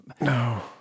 no